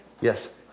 Yes